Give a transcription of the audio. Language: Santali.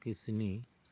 ᱵᱚᱱᱟ ᱠᱤᱥᱱᱤ